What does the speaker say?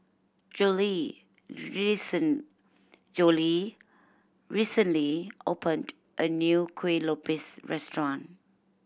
Jolie Jolie recently opened a new Kueh Lopes restaurant